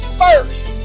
first